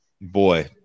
Boy